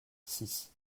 six